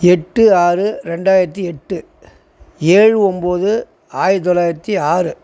எட்டு ஆறு ரெண்டாயிரத்தி எட்டு ஏழு ஒம்பது ஆயிரத்தி தொள்ளாயிரத்தி ஆறு